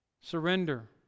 Surrender